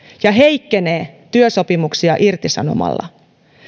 ja heikkenee työsopimuksia irtisanomalla